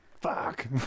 Fuck